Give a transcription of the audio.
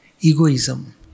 egoism